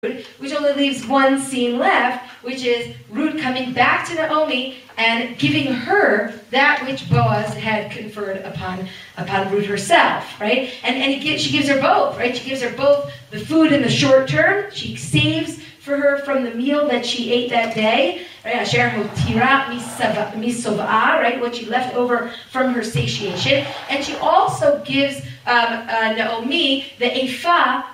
אשר, נותרה סצאנה אחת שהיא, רות חוזרת לנעומי ונותנת לה את מה שבועז השאיר אצלה. היא נותנת את שניהם. היא נותנת את שניהם, אוכל מהאוכל שהיא אכלה באותו יום, שזה תירע מסובעה מה שהיא והיא גם נותנת לנעמי את האיפה